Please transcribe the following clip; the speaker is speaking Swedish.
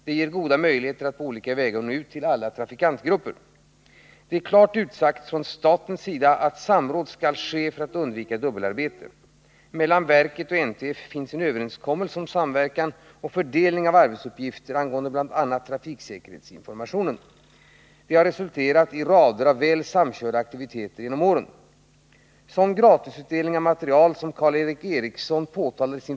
Det ger goda möjligheter att på olika vägar nå ut till alla trafikantgrupper. Det är klart utsagt från statsmakternas sida att samråd skall ske för att undvika dubbelarbete. Mellan verket och NTF finns en överenskommelse om samverkan och fördelning av arbetsuppgifter angående bl.a. trafiksäkerhetsinformationen. Det har resulterat i rader av väl samkörda aktiviteter genom åren.